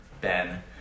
Ben